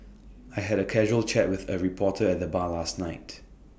I had A casual chat with A reporter at the bar last night